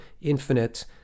infinite